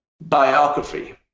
biography